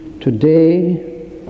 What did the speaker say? Today